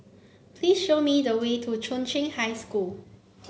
please show me the way to Chung Cheng High School